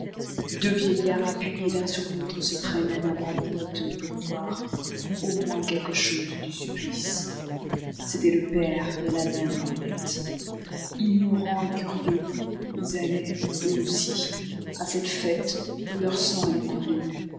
deux vieillards appuyés l'un sur l'autre se traînaient d'un pas boiteux pour voir au moins quelque chose du supplice c'étaient le père et la mère d'henriette ignorants et curieux ils allaient eux aussi à cette fête où leur sang allait couler